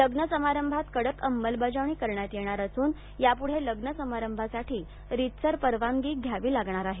लग्न समारंभात कडक अंमलबजावणी करण्यात येणार असून यापुढे लग्न समारंभासाठी रीतसर परवानगी घ्यावी लागणार आहे